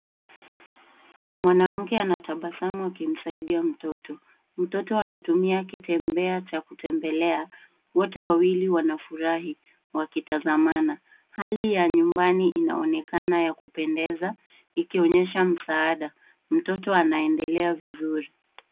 Mwanamke anatabasamu akimsaidia mtoto. Mtoto anatumia kitembea cha kutembelea. Wote wawili wanafurahi wakitazamana. Hali ya nyumbani inaonekana ya kupendeza ikionyesha msaada. Mtoto anaendelea vizuri.